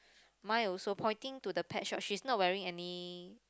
mine also pointing to the pet shop she's not wearing any